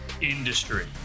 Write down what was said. industry